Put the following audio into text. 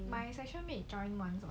my session mate join once